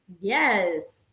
yes